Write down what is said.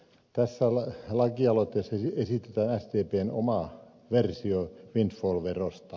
tässä lakialoitteessa esitetään sdpn oma versio windfall verosta